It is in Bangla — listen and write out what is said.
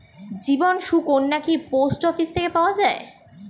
জীবন সুকন্যা কি পোস্ট অফিস থেকে নেওয়া যায়?